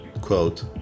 Quote